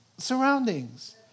surroundings